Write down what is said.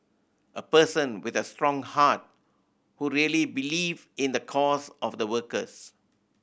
a person with a strong heart who really believe in the cause of the workers